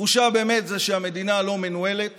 התחושה היא באמת שהמדינה לא מנוהלת